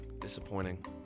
Disappointing